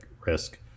risk